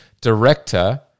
director